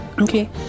Okay